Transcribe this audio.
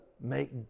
make